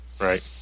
Right